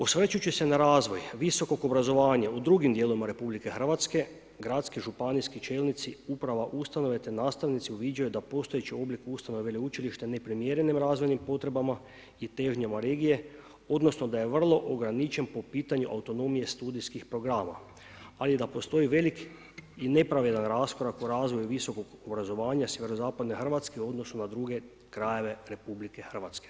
Osvrćući se na razvoj visokog obrazovanja u drugim dijelovima RH, gradski županijski čelnici, uprava ustanove te nastavnici, uviđaju da postojeći oblik ustanove veleučilište neprimjerenim razvojnim potrebama i težnjama regije, odnosno da je vrlo ograničen po pitanju autonomije studijskih programa, ali da postoji velik i nepravedan raskorak u razvoju visokog obrazovanja SZ Hrvatske u odnosu na druge krajeve RH.